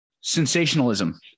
sensationalism